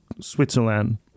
Switzerland